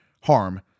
harm